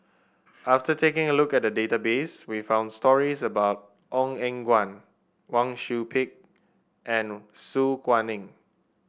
after taking a look at the database we found stories about Ong Eng Guan Wang Sui Pick and Su Guaning